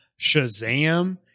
Shazam